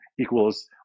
equals